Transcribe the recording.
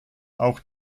auch